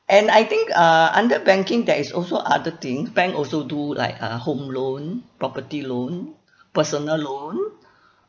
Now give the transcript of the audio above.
and I think uh under banking there is also other thing bank also do like uh home loan property loan personal loan